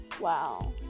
Wow